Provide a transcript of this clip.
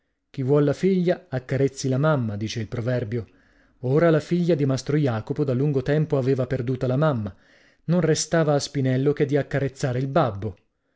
chi vuol la figlia accarezzi la mamma dice il proverbio ora la figlia di mastro jacopo da lungo tempo aveva perduta la mamma non restava a spinello che di accarezzare il babbo